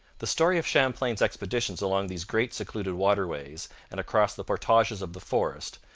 the story of champlain's expeditions along these great secluded waterways, and across the portages of the forest,